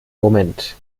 moment